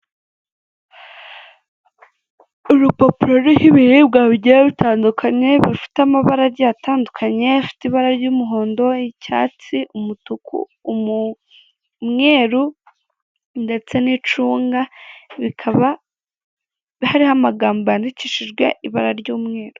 Urupapuro ruriho ibiribwa bigiye bitandukanye, bifite amabara agiye atandukanye afite ibara ry'umuhondo, icyatsi, umutuku, umweru ndetse n'icunga bikaba hariho amagambo yandikishijwe ibara ry'umweru.